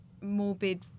morbid